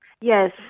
Yes